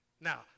Now